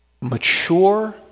mature